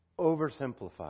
oversimplified